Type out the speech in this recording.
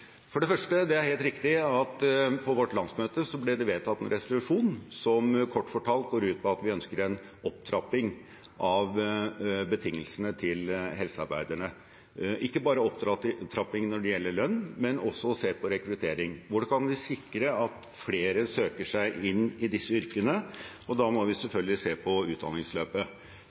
For det første er det helt riktig at på vårt landsmøte ble det vedtatt en resolusjon som kort fortalt går ut på at vi ønsker en opptrapping av betingelsene til helsearbeiderne – ikke bare en opptrapping når det gjelder lønn, men også å se på rekruttering. Hvordan kan vi sikre at flere søker seg inn i disse yrkene? Da må vi selvfølgelig se på utdanningsløpet.